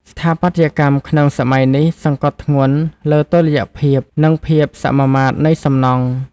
ស្ថាបត្យកម្មក្នុងសម័យនេះសង្កត់ធ្ងន់លើតុល្យភាព និងភាពសមមាត្រនៃសំណង់។